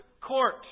court